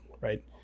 Right